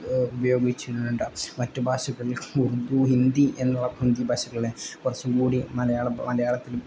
ഉപയോഗിച്ചിട്ടുണ്ട് മറ്റ് ഭാഷകളിൽ ഉർദു ഹിന്ദി എന്നുള്ള ഹിന്ദി ഭാഷകളെ കുറച്ചുംകൂടി മലയാള മലയാളത്തിൽ